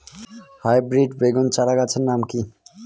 Hybrid বেগুন চারাগাছের নাম কি?